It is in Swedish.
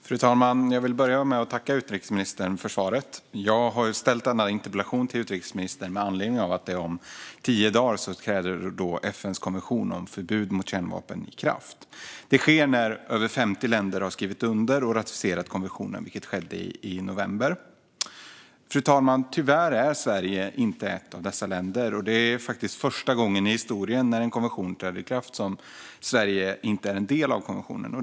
Fru talman! Jag vill börja med att tacka utrikesministern för svaret. Jag har ställt denna interpellation till utrikesministern med anledning av att FN:s konvention om förbud mot kärnvapen träder i kraft om tio dagar. Detta sker när över 50 länder har skrivit under och ratificerat konventionen, vilket skedde i november. Fru talman! Tyvärr är Sverige inte ett av dessa länder. Det är faktiskt första gången i historien som Sverige inte är en del av en konvention när den träder i kraft.